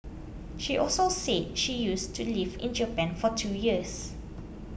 she also said she used to lived in Japan for two years